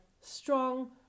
strong